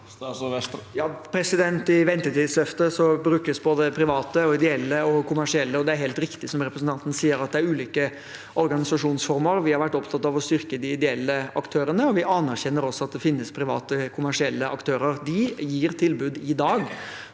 I vente- tidsløftet brukes både private, ideelle og kommersielle. Det er helt riktig, som representanten Aydar sier, at det er ulike organisasjonsformer. Vi har vært opptatt av å styrke de ideelle aktørene, og vi anerkjenner også at det finnes private kommersielle aktører. De gir tilbud i dag.